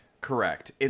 Correct